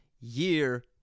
year